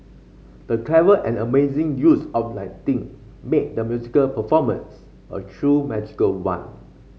the clever and amazing use of lighting made the musical performance a true magical one